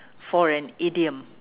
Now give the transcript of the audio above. for an idiom